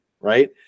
right